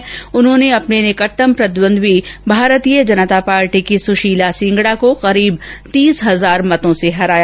रीटा चौधरी ने अपने निकटतम प्रतिद्वंद्वी भारतीय जनता पार्टी की सुशीला सिगड़ा को करीब तीस हजार मतों से हराया